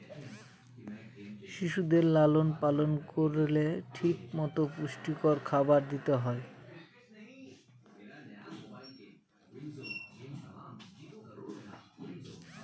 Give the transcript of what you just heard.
পশুদের লালন পালন করলে ঠিক মতো পুষ্টিকর খাবার দিতে হয়